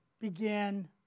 begin